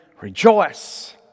rejoice